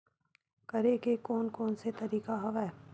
करे के कोन कोन से तरीका हवय?